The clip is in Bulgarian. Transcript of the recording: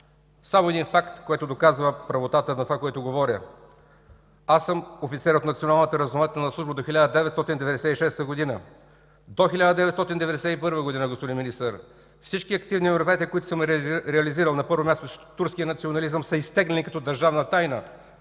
Само един факт, който доказва правотата на това, което говоря. Аз съм офицер от Националната разузнавателна служба до 1996 г. До 1991 г., господин Министър, всички активни мероприятия, които съм реализирал, на първо място с турския национализъм, са изтеглени като държавна тайна.